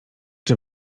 czy